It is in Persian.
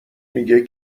میگه